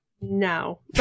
No